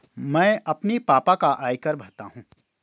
मैं अपने पापा का आयकर भरता हूं